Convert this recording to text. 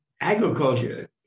agriculture